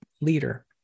leader